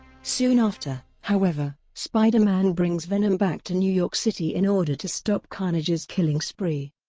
soon after, however, spider-man brings venom back to new york city in order to stop carnage's killing spree.